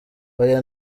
hoya